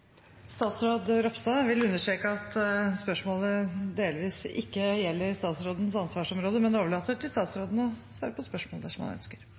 vil understreke at spørsmålet delvis ikke gjelder statsrådens ansvarsområde, men overlater til statsråden å svare på spørsmålet dersom han ønsker